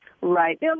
Right